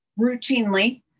routinely